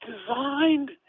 designed